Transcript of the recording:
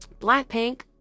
blackpink